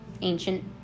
ancient